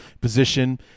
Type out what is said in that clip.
position